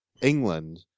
England